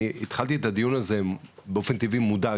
אני התחלתי את הדיון הזה באופן טבעי מודאג.